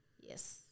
Yes